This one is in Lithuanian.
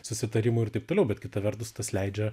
susitarimų ir taip toliau bet kita vertus tas leidžia